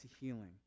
healing